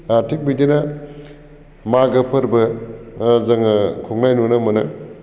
थिक बिदिनो मागो फोरबो जोङो खुंनाय नुनो मोनो